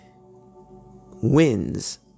wins